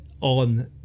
on